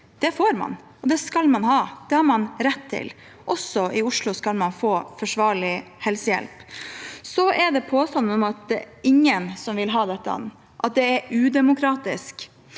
Det får man, og det skal man ha; det har man rett til. Også i Oslo skal man få forsvarlig helsehjelp. Så til påstanden om at ingen vil ha dette, og at det er udemokratisk.